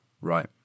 Right